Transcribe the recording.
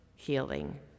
healing